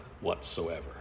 whatsoever